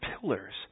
pillars